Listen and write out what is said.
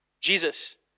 Jesus